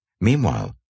Meanwhile